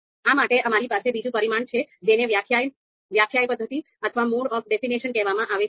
આ માટે અમારી પાસે બીજું પરિમાણ છે જેને વ્યાખ્યા પદ્ધતિ અથવા મોડ ઓફ ડેફિનેશન કહેવામાં આવે છે